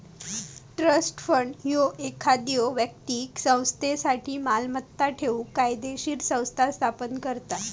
trust fund ह्यो एखाद्यो व्यक्तीक संस्थेसाठी मालमत्ता ठेवूक कायदोशीर संस्था स्थापन करता